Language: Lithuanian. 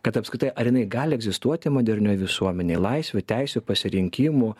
kad apskritai ar jinai gali egzistuoti modernioj visuomenėj laisvių teisių pasirinkimų